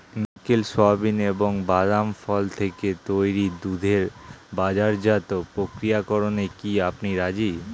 নারকেল, সোয়াবিন এবং বাদাম ফল থেকে তৈরি দুধের বাজারজাত প্রক্রিয়াকরণে কি আপনি রাজি?